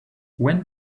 when